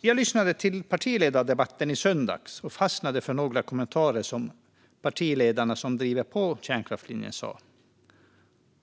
Jag lyssnade till partiledardebatten i söndags och fastnade för några kommentarer från de partiledare som driver kärnkraftslinjen.